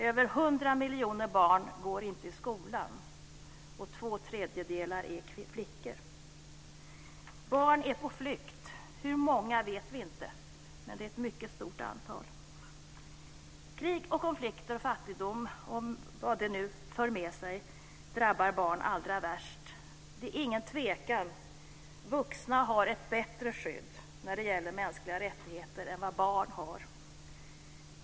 Över 100 miljoner barn går inte i skolan, och två tredjedelar är flickor. Barn är på flykt - hur många vet vi inte, men det är ett mycket stort antal. Krig, konflikter och fattigdom och vad det nu för med sig drabbar barn allra värst. Det är ingen tvekan: Vuxna har ett bättre skydd när det gäller mänskliga rättigheter än vad barn har.